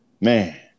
Man